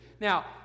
now